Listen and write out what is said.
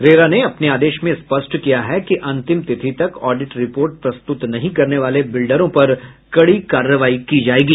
RERA ने अपने आदेश में स्पष्ट किया है कि अंतिम तिथि तक ऑडिट रिपोर्ट प्रस्तुत नहीं करने वाले बिल्डरों पर कड़ी कार्रवाई की जायेगी